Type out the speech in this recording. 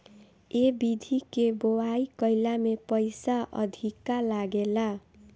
ए विधि के बोआई कईला में पईसा अधिका लागेला